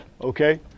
Okay